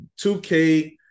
2K